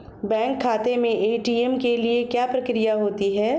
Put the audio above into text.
Bank खाते में ATM के लिए क्या प्रक्रिया होती है?